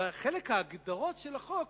בחלק ההגדרות של החוק